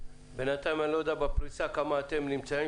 ובינתיים אני לא יודע בפרידה כמה אתם נמצאים